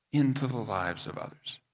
into the lives of others.